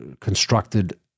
constructed